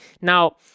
Now